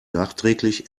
nachträglich